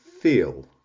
Feel